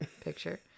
picture